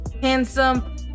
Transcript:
handsome